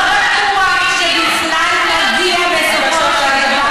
לא בטוח שהוא בכלל מגיע בסופו של דבר,